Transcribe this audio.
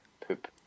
Poop